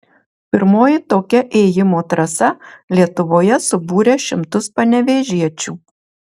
pirmoji tokia ėjimo trasa lietuvoje subūrė šimtus panevėžiečių